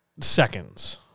seconds